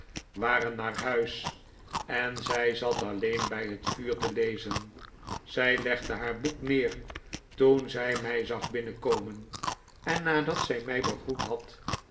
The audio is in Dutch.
waren naar huis en zij zat alleen bij het vuur te lezen zij legde haar boek neer toen zij mij zag binnenkomen en nadat zij mij begroet had